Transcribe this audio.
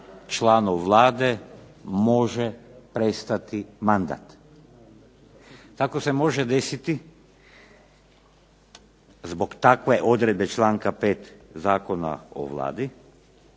članu Vlade može prestati mandat. Tako se može desiti zbog takve odredbe članka 5. Zakona o Vladi